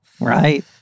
Right